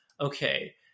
Okay